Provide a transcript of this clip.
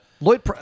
Lloyd